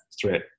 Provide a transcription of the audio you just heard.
threat